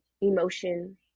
emotion